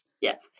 Yes